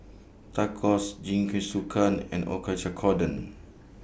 Tacos Jingisukan and